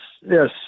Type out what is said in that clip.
yes